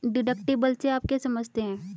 Deductible से आप क्या समझते हैं?